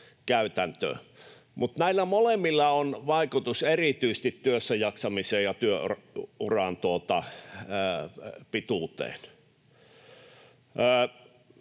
näillä molemmilla on vaikutus erityisesti työssäjaksamiseen ja työuran pituuteen.